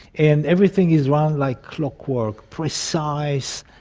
and everything is run like clockwork, precise,